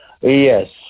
Yes